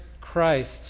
Christ